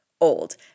old